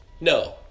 No